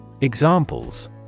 Examples